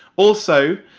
also,